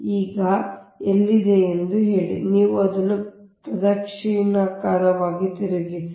ಆದ್ದರಿಂದ ಇದು ಈಗ ಇಲ್ಲಿದೆ ಎಂದು ಹೇಳಿ ನೀವು ಅದನ್ನು ಪ್ರದಕ್ಷಿಣಾಕಾರವಾಗಿ ತಿರುಗಿಸಿ